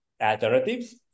alternatives